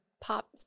pop